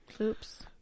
Oops